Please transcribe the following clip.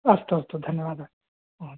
अस्तु अस्तु धन्यवादः महोदय